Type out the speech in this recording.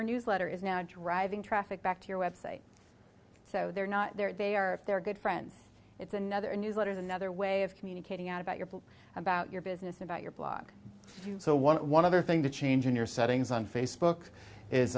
your newsletter is now driving traffic back to your website so they're not there they are they're good friends it's another newsletter is another way of communicating out about your book about your business about your blog so one one other thing to change in your settings on facebook is